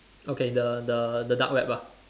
okay the the the dark web ah